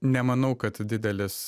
nemanau kad didelis